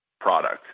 product